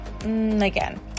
again